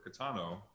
Catano